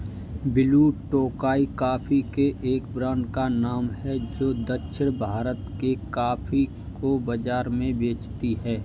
blue Tokai coffee के एक brand का नाम है जो दक्षिण भारत के कॉफी को बाजार में बेचती है